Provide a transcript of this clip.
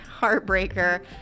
heartbreaker